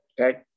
Okay